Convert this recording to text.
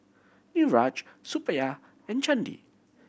Niraj Suppiah and Chandi